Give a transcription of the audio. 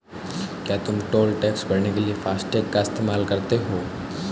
क्या तुम toll tax भरने के लिए फासटेग का इस्तेमाल करते हो?